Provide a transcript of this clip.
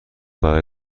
برای